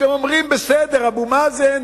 אתם אומרים, בסדר, אבו מאזן